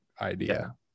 idea